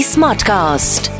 Smartcast